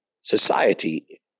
society